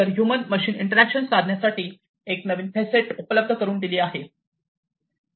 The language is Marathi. तर ह्यूमन मशीन इंटरॅक्शन साधण्यासाठी एक नवीन फेसट उपलब्ध करुन दिली आहे